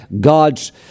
God's